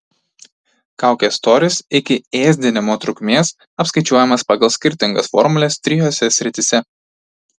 kaukės storis iki ėsdinimo trukmės apskaičiuojamas pagal skirtingas formules trijose srityse